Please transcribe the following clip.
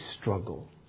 struggle